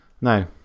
No